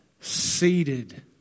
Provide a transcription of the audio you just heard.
seated